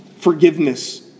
forgiveness